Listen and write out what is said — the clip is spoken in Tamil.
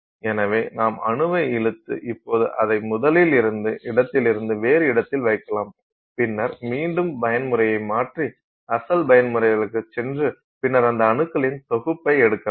எனவே நாம் அணுவை இழுத்து இப்போது அதை முதலில் இருந்த இடத்திலிருந்து வேறு இடத்தில் வைக்கலாம் பின்னர் மீண்டும் பயன்முறையை மாற்றி அசல் பயன்முறைக்குச் சென்று பின்னர் அந்த அணுக்களின் தொகுப்பை எடுக்கலாம்